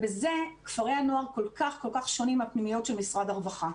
ובזה כפרי הנוער כל כך שונים מהפנימיות של משרד הרווחה.